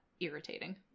irritating